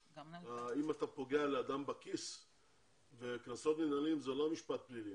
אתה פוגע לאדם בכיס וקנסות מינהליים זה לא משפט פלילי,